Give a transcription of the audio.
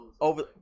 Over